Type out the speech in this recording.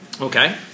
okay